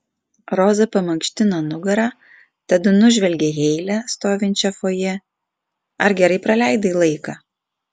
roza pamankštino nugarą tada nužvelgė heile stovinčią fojė ar gerai praleidai laiką